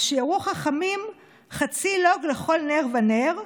ושיערו חכמים חצי לוג לכל נר ונר,